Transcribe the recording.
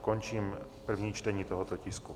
Končím první čtení tohoto tisku.